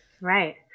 Right